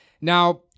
Now